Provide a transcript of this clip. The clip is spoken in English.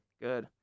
Good